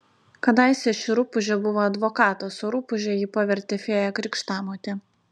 kadaise ši rupūžė buvo advokatas o rupūže jį pavertė fėja krikštamotė